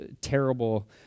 terrible